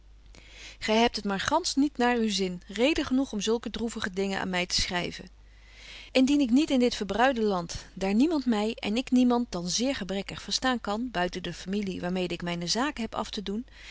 gy hebt het maar gansch niet naar uw zin reden genoeg om zulke droevige dingen aan my te schryven indien ik niet in dit verbruide land daar niemand my en ik niemand dan zeer gebrekkig verstaan kan buiten de familie waar mede ik myne zaken heb aftedoen